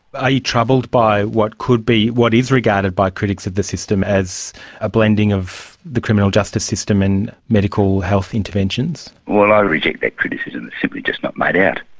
are you troubled by what could be, what is regarded by critics of the system as a blending of the criminal justice system and medical health interventions? well, i reject that criticism, it's simply just not made out.